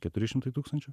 keturi šimtai tūkstančių